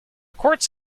courts